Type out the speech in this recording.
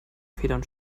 federn